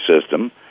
system